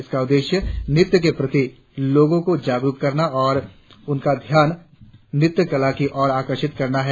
इसका उद्देश्य नृत्य के प्रति लोगों को जागरुक करना और उनका ध्यान नृत्य कला की ओर आकर्षित करना भी है